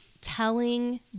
telling